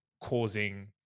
causing